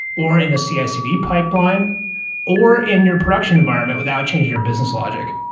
or in a cicd pipeline or in your production environment without changing your business logic.